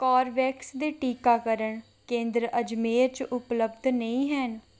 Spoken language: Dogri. कॉर्बैक्स दे टीकाकरण केंदर अजमेर च उपलब्ध नेईं हैन